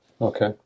Okay